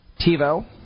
TiVo